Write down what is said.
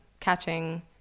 Catching